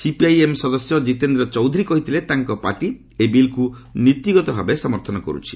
CPIM ସଦସ୍ୟ ଜିତେନ୍ଦ୍ର ଚୌଧୁରୀ କହିଥିଲେ ତାଙ୍କ ପାର୍ଟି ଏହି ବିଲ୍କୁ ନୀତିଗତ ଭାବେ ସମର୍ଥନ କରୁଛି